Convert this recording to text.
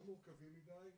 לא מורכבים מדי,